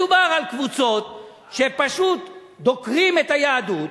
מדובר על קבוצות שפשוט דוקרות את היהדות.